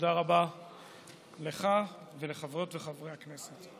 תודה רבה לך ולחברות ולחברי הכנסת.